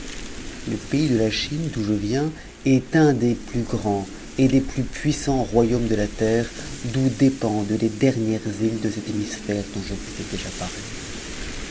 le pays de la chine d'où je viens est un plus grands et des plus puissants royaumes de la terre d'où dépende les dernières îles de cet hémisphère dont je vous ai déjà parlé